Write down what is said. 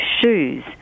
shoes